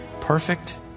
perfect